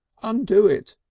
undo it!